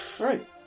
right